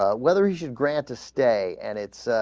ah whether he should grant to stay and it's ah.